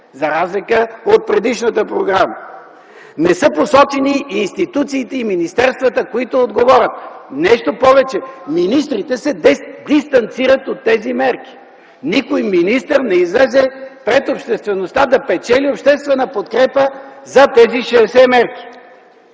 за разлика от предишната програма. Не са посочени институциите и министерствата, които отговарят. Нещо повече, министрите се дистанцират от тези мерки. Никой министър не излезе пред обществеността, за да печели обществена подкрепа за тези 60 мерки.